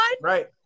Right